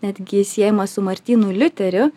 netgi siejama su martynu liuteriu